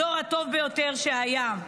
הדור הטוב ביותר שהיה.